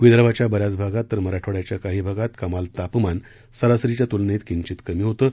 विर्दभाच्या बऱ्याच भागात तर मराठवाड्याच्या काही भागात कमाल तापमान सरासरीच्या तुलनेत किचिंत कमी होतं